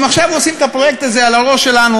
אם עכשיו עושים את הפרויקט הזה על הראש שלנו,